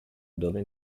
dove